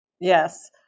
Yes